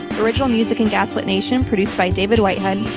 original music in gaslit nation produced by david whitehead,